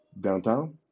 Downtown